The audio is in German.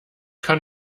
kann